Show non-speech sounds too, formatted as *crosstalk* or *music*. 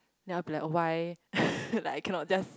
then I'll be like why *laughs* like I cannot just